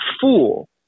fool